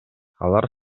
алар